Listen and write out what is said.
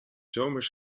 zomers